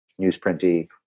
newsprinty